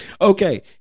Okay